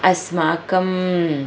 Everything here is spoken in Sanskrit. अस्माकं